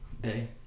day